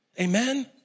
Amen